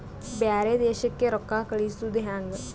ಬ್ಯಾರೆ ದೇಶಕ್ಕೆ ರೊಕ್ಕ ಕಳಿಸುವುದು ಹ್ಯಾಂಗ?